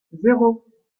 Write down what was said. zéro